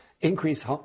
Increase